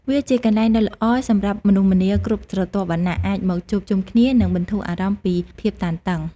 វាជាកន្លែងដ៏ល្អសម្រាប់មនុស្សម្នាគ្រប់ស្រទាប់វណ្ណៈអាចមកជួបជុំគ្នា និងបន្ធូរអារម្មណ៍ពីភាពតានតឹង។